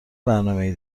برنامهای